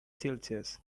celsius